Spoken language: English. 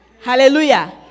Hallelujah